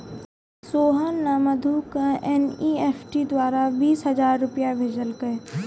सोहन ने मधु क एन.ई.एफ.टी द्वारा बीस हजार रूपया भेजलकय